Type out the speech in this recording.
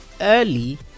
early